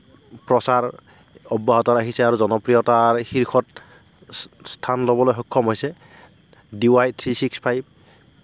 প্ৰচাৰ অব্যাহত ৰাখিছে আৰু জনপ্ৰিয়তাৰ শীৰ্ষত স্থান ল'বলৈ সক্ষম হৈছে D Y three six five